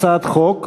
הצעת חוק,